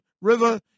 River